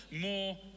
more